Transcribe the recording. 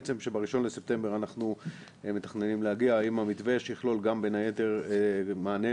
שב-1 בספטמבר אנחנו מתכננים להגיע עם המתווה שיכלול גם בין היתר מענה